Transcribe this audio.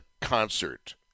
concert